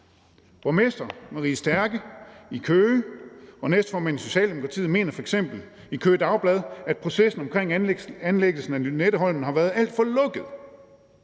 Borgmester Marie Stærke, borgmester i Køge og næstformand i Socialdemokratiet, siger f.eks. til Køge Dagblad, at processen omkring anlæggelsen af Lynetteholmen har været alt for lukket.